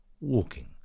walking